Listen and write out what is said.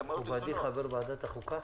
מכובדי חבר ועדת חוקה.